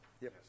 Yes